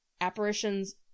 apparitions